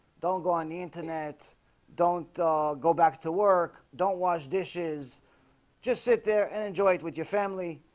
don't go on the internet don't go back to work. don't wash dishes just sit there and enjoy it with your family